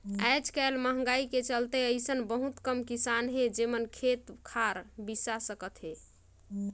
आयज कायल मंहगाई के चलते अइसन बहुत कम किसान हे जेमन खेत खार बिसा सकत हे